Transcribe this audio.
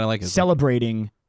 celebrating